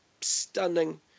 stunning